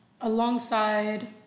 alongside